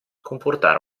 comportare